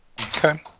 Okay